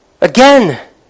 Again